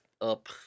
up